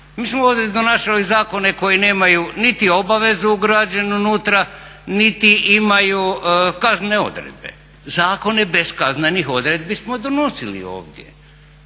Mi smo ovdje donašali zakone koji nemaju niti obavezu ugrađenu unutra niti imaju kaznene odredbe. Zakone bez kaznenih odredbi smo donosili ovdje.